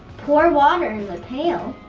pour water in the pail.